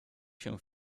się